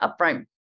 upfront